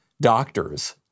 doctors